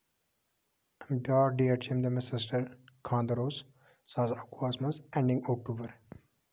بیاکھ ڈیٹ چھُ ییٚمہِ دۄہ مےٚ سِسٹر خاندر اوس زٕ ساس اکہٕ وُہَس منٛز اینڈِنگ اَکٹوٗبر